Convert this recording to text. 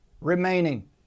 remaining